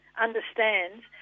understands